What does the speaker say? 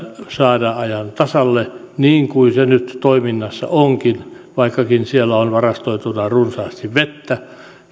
saada ajan tasalle niin kuin se nyt toiminnassa onkin vaikkakin siellä on varastoituna runsaasti vettä